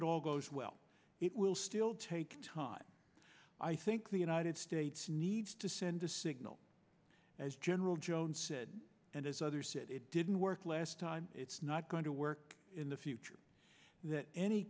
it all goes well it will still take time i think the united states needs to send a signal as general jones said and as others said it didn't work last time it's not going to work in the future that any